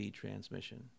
transmission